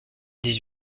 dix